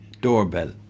doorbell